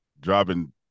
Dropping